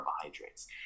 carbohydrates